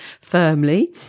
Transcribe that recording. firmly